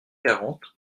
quarante